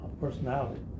personality